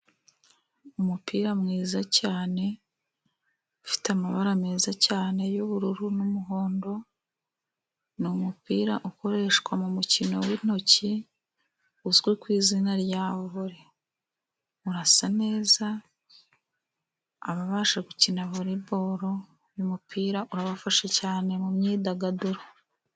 Umupira mwiza cyane, ufite amabara meza cyane y'ubururu n'umuhondo, ni umupira ukoreshwa mu mukino w'intoki uzwi ku izina rya vore, urasa neza, ababasha gukina voriboro uyu upira urabafasha cyane mu myidagaduro.